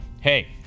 hey